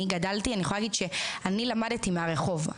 אני למדתי מהרחוב.